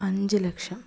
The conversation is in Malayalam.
അഞ്ച് ലക്ഷം